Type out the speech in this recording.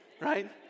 right